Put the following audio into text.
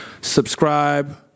Subscribe